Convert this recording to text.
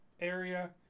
area